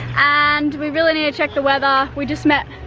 and we really need to check the weather. we just met